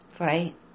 Right